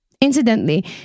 Incidentally